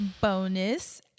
bonus